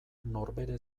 norbere